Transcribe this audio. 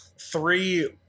three